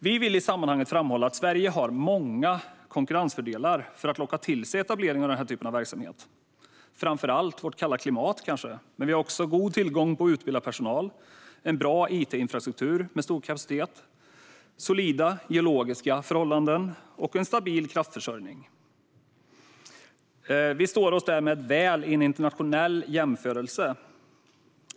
Vi vill i sammanhanget framhålla att Sverige har många konkurrensfördelar för att locka till sig etableringar av denna typ av verksamhet: kanske framför allt vårt kalla klimat men också god tillgång på utbildad personal, bra it-infrastruktur med stor kapacitet, solida geologiska förhållanden och stabil kraftförsörjning. Vi står oss därmed väl i en internationell jämförelse.